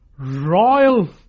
Royal